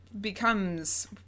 becomes